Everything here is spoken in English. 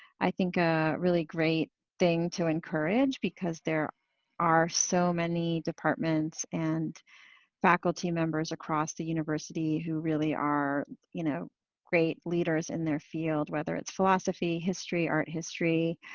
i think, a really great thing to encourage because there are so many departments and faculty members across the university who really are you know great leaders in their field, whether it's philosophy, history, art history,